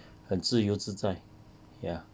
很自由自在 ya